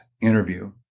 interview